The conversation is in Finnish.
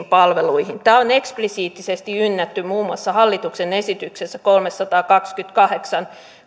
palveluihin tämä on eksplisiittisesti ynnätty muun muassa hallituksen esityksessä kolmesataakaksikymmentäkahdeksan